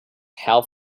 half